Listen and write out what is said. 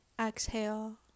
Exhale